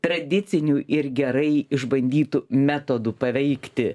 tradicinių ir gerai išbandytų metodų paveikti